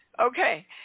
Okay